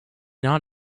not